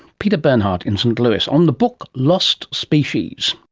peter bernhardt in st louis, on the book lost species